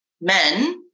men